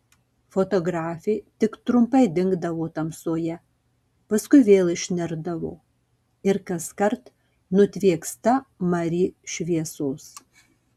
fotografė tik trumpai dingdavo tamsoje paskui vėl išnirdavo ir kaskart nutvieksta mari šviesos